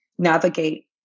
navigate